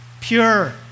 pure